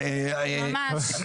ממש.